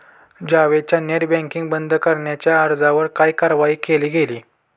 जावेदच्या net banking बंद करण्याच्या अर्जावर काय कारवाई केली गेली?